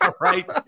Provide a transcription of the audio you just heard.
right